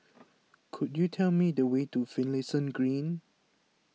could you tell me the way to Finlayson Green